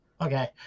Okay